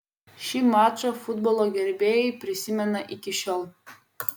šį mačą futbolo gerbėjai prisimena iki šiol